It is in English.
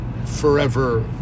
Forever